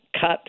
cut